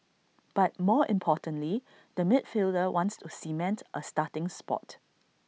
but more importantly the midfielder wants to cement A starting spot